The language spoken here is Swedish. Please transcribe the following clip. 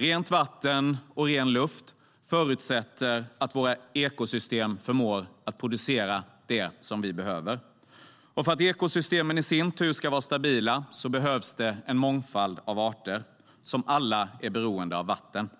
Rent vatten och ren luft förutsätter att våra ekosystem förmår att producera det som vi behöver. För att ekosystemen i sin tur ska vara stabila behövs det en mångfald av arter, som alla är beroende av vatten.